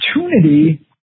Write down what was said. opportunity